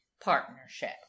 partnership